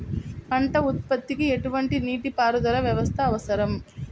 పంట ఉత్పత్తికి ఎటువంటి నీటిపారుదల వ్యవస్థ అవసరం?